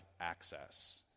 access